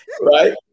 Right